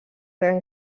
gran